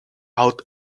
out